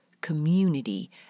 community